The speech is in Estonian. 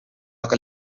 aga